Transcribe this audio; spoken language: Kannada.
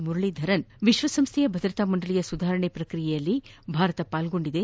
ಮುರಳೀಧರನ್ ವಿಶ್ವಸಂಸ್ಥೆಯ ಭದ್ರತಾ ಮಂಡಳಿಯ ಸುಧಾರಣೆ ಪ್ರಕ್ರಿಯೆಯಲ್ಲಿ ಭಾರತ ಪಾಲ್ಗೊಂಡಿದೆ